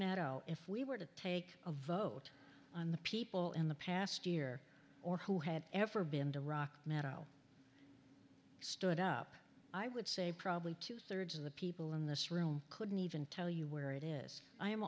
mad if we were to take a vote on the people in the past year or who had ever been to rock metal stood up i would say probably two thirds of the people in this room couldn't even tell you where it is i